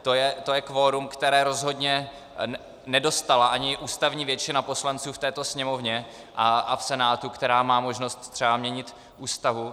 To je kvorum, které rozhodně nedostala ani ústavní většina poslanců v této Sněmovně a v Senátu, která má možnost třeba měnit Ústavu.